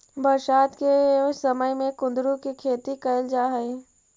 बरसात के समय में कुंदरू के खेती कैल जा हइ